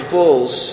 Falls